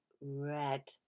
red